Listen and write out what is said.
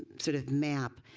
sort of map,